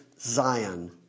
Zion